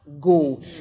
go